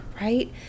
Right